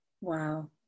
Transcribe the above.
wow